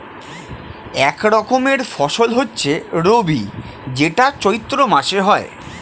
এক রকমের ফসল হচ্ছে রবি যেটা চৈত্র মাসে হয়